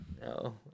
no